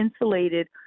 insulated